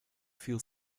feel